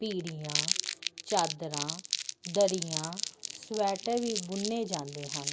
ਪੀੜੀਆਂ ਚਾਦਰਾਂ ਦਰੀਆਂ ਸਵੈਟਰ ਵੀ ਬੁਣੇ ਜਾਂਦੇ ਹਨ